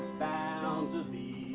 bound to thee